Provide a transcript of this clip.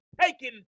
taken